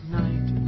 night